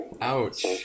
Ouch